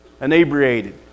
inebriated